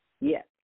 Yes